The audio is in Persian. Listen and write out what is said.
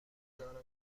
دارم